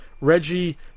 Reggie